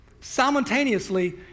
Simultaneously